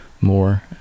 more